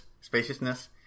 spaciousness